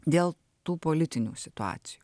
dėl tų politinių situacijų